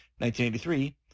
1983